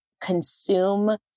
consume